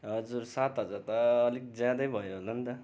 हजुर सात हजार त अलिक ज्यादा भयो होला नि त